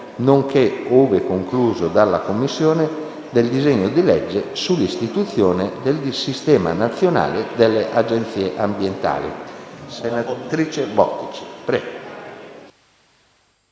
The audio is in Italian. nonché, ove concluso dalla Commissione, del disegno di legge sull'istituzione del sistema nazionale delle Agenzie ambientali. **Programma dei